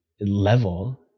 level